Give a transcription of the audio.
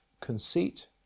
conceit